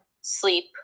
sleep